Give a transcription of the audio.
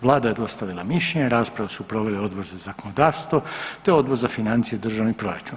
Vlada je dostavila mišljenje, raspravu su proveli Odbor za zakonodavstvo te Odbor za financije i državi proračun.